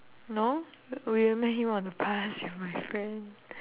no we only met him on the bus with my friend